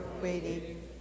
Waiting